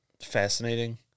fascinating